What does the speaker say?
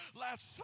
Last